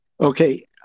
Okay